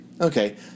Okay